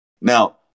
now